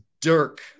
Dirk